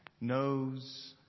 knows